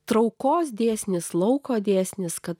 traukos dėsnis lauko dėsnis kad